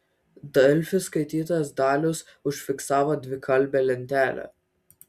delfi skaitytojas dalius užfiksavo dvikalbę lentelę